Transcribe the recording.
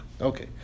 Okay